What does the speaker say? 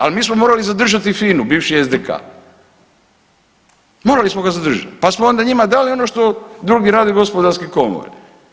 Ali mi smo morali zadržati FINA-u, bivši SDK-a morali smo ga zadržati pa smo onda njima dali ono što drugi rade gospodarske komore.